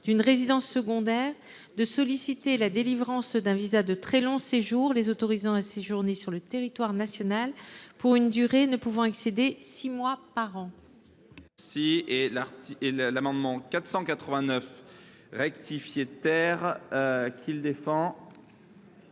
d’une résidence secondaire de solliciter la délivrance d’un visa de très long séjour les autorisant à séjourner sur le territoire national pour une durée ne pouvant excéder six mois par an. L’amendement n° 489 rectifié, présenté